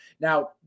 now